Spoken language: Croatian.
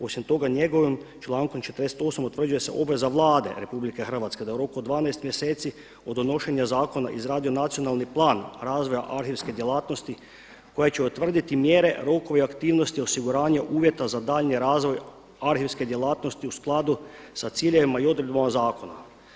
Osim toga njegovim člankom 48 utvrđuje se obveza Vlade RH da u roku od 12 mjeseci od donošenja zakona izradi nacionalni plan razvoja arhivske djelatnosti koja će utvrditi mjere, rokove i aktivnosti osiguranja uvjeta za daljnji razvoj arhivske djelatnosti u skladu sa ciljevima i odredbama zakona.